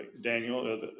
Daniel